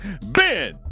Ben